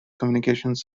communications